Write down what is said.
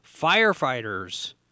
Firefighters